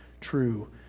true